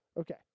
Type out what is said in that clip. Okay